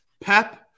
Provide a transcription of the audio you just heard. Pep –